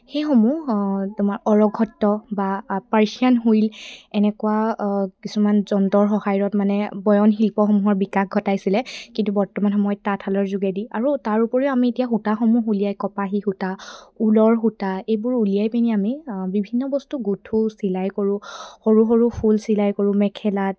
সেইসমূহ তোমাৰ অৰঘত্ত বা পাৰ্চিয়ান হুইল এনেকুৱা কিছুমান যন্ত্ৰৰ সহায়ত মানে বয়নশিল্পসমূহৰ বিকাশ ঘটাইছিলে কিন্তু বৰ্তমান সময়ত তাঁতশালৰ যোগেদি আৰু তাৰ উপৰিও আমি এতিয়া সূতাসমূহ উলিয়াই কপাহী সূতা ঊলৰ সূতা এইবোৰ উলিয়াই পিনি আমি বিভিন্ন বস্তু গোঠোঁ চিলাই কৰোঁ সৰু সৰু ফুল চিলাই কৰোঁ মেখেলাত